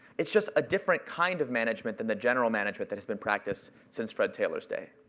it's just a different kind of management than the general management that has been practiced since fred taylor's day.